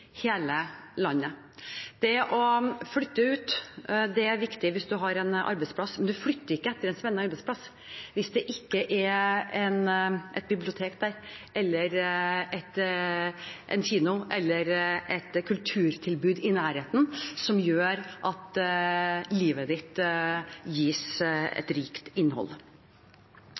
hele landet. En arbeidsplass er viktig hvis man skal flytte ut, men man flytter ikke etter en spennende arbeidsplass hvis det ikke er et bibliotek der, eller en kino eller et kulturtilbud i nærheten som gjør at livet gis et rikt innhold.